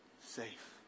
safe